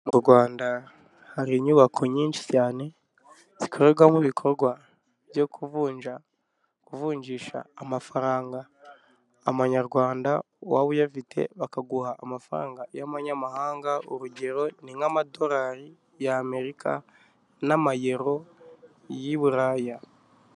Mu Rwanda hari inyubako nyinshi cyane zikorerwamo ibikorwa byo kuvunja, kuvunjisha amafaranga, amanyarwanda waba uyafite bakaguha amafaranga y'amanyamahanga urugero ni nk'amadolari y'Amerika n'amayero y'i Buraya.